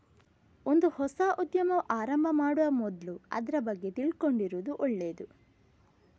ಒಂದು ಹೊಸ ಉದ್ಯಮ ಆರಂಭ ಮಾಡುವ ಮೊದ್ಲು ಅದ್ರ ಬಗ್ಗೆ ತಿಳ್ಕೊಂಡಿರುದು ಒಳ್ಳೇದು